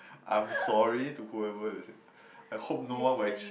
I'm sorry to whoever is I hope no one will actually